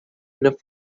enough